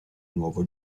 nuovo